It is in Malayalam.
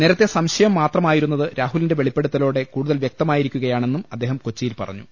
നേരത്തെ സംശയം മാത്രമായിരുന്നത് രാഹുലിന്റെ വെളിപ്പെടു ത്തലോടെ കൂടുതൽ വ്യക്തമായിരിക്കുകയാണെന്നും അദ്ദേഹം കൊച്ചിയിൽ പറഞ്ഞു